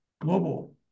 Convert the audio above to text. global